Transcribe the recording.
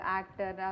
actor